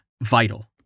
Vital